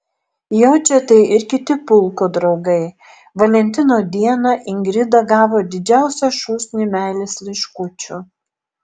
jaučia tai ir kiti pulko draugai valentino dieną ingrida gavo didžiausią šūsnį meilės laiškučių